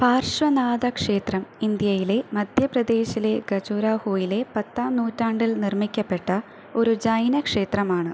പാർശ്വനാഥ ക്ഷേത്രം ഇന്ത്യയിലെ മധ്യ പ്രദേശിലെ ഖജുരാഹോയിലെ പത്താം നൂറ്റാണ്ടിൽ നിർമ്മിക്കപ്പെട്ട ഒരു ജൈന ക്ഷേത്രമാണ്